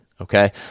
Okay